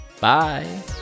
Bye